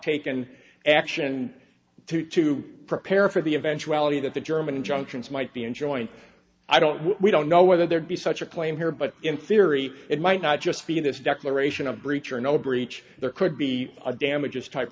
taken action to prepare for the eventuality that the german injunctions might be in joint i don't know we don't know whether there be such a claim here but in theory it might not just be this declaration of breach or no breach there could be a damages type